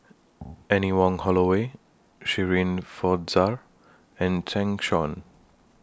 Anne Wong Holloway Shirin Fozdar and Zeng Shouyin